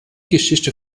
geschichte